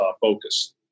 focus